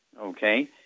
okay